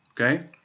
okay